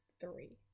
three